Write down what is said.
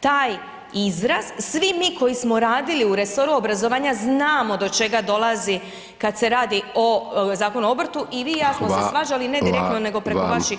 taj izraz, svi mi koji smo radili u resoru obrazovanja znamo do čega dolazi kada se radi o Zakonu o obrtu [[Upadica: Hvala vam.]] i vi i ja smo se svađali, ne direktno nego preko vaših…